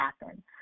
happen